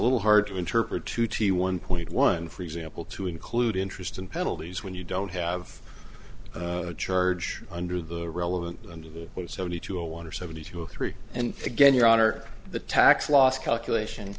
little hard to interpret to t one point one for example to include interest and penalties when you don't have a charge under the relevant under the old seventy two a wonder seventy two or three and again your honor the tax loss calculation